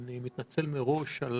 אני מתנצל מראש על